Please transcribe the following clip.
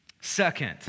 Second